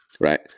right